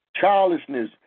childishness